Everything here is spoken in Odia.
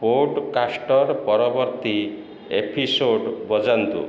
ପୋଡ଼କାଷ୍ଟର ପରବର୍ତ୍ତୀ ଏପିସୋଡ଼୍ ବଜାନ୍ତୁ